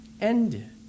ended